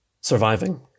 surviving